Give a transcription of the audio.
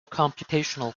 computational